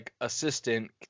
assistant